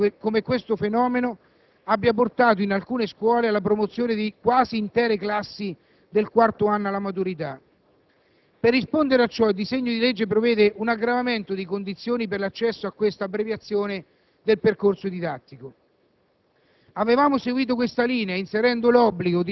relatrice Soliani denuncia opportunamente come questo fenomeno abbia portato, in alcune scuole, alla promozione di quasi intere classi del quarto anno alla maturità. Per rispondere a ciò, il disegno di legge prevede un aggravamento di condizioni per l'accesso a questa abbreviazione del percorso didattico.